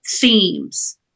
themes